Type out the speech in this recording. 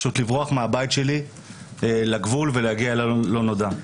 פשוט לברוח מהבית שלי לגבול ולהגיע אל הלא נודע.